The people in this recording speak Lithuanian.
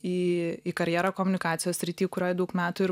į į karjerą komunikacijos srity kurioj daug metų ir